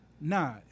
Nah